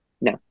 No